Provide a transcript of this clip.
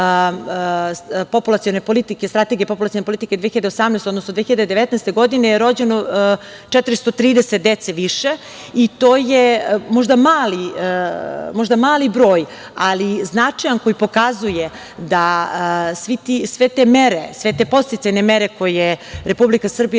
posle usvajanja Strategije populacione politike 2018, odnosno 2019. godine, rođeno je 430 dece više. To je možda mali broj, ali značajan koji pokazuje da sve te mere, sve te podsticajne mere koje Republika Srbija